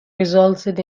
resulted